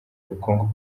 ubukungu